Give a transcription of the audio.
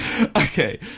Okay